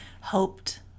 hoped